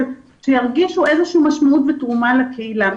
שירגישו איזו שהיא משמעות ותרומה לקהילה.